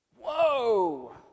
Whoa